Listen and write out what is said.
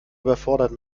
überfordert